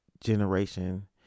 generation